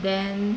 then